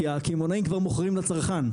כי הקמעונאים כבר מוכרים לצרכן.